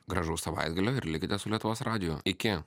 gražaus savaitgalio ir likite su lietuvos radiju iki